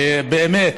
שבאמת,